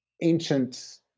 ancient